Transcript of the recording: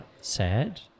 sad